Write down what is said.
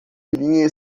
filhinha